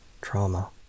trauma